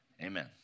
Amen